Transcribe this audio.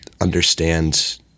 understand